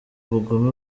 ubugome